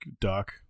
duck